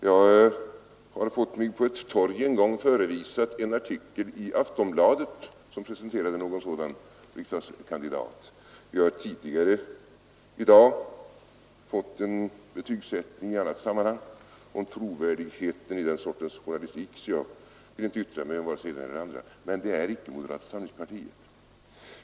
Jag har på ett torg en gång fått mig förevisad en artikel i Aftonbladet som presenterade någon sådan riksdagskandidat. Vi har tidigare i dag i annat sammanhang fått en betygssättning av trovärdigheten i den sortens journalistik. Jag vill inte yttra mig om riktigheten i vare sig det ena eller det andra, men en sådan uppfattning är i varje fall icke moderata samlingspartiets uppfattning.